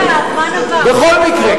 בכל מקרה,